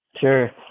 Sure